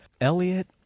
Elliot